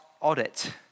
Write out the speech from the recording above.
audit